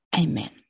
Amen